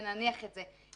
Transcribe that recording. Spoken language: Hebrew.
ונניח את זה.